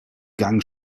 gang